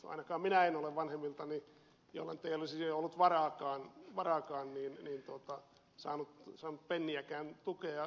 ainakaan minä en ole vanhemmiltani joilla nyt ei siihen olisi ollut varaakaan saanut penniäkään tukea